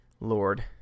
Lord